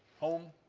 home,